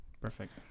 perfect